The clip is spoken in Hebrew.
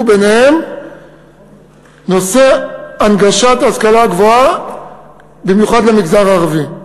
וביניהם נושא הנגשת ההשכלה הגבוהה במיוחד למגזר הערבי.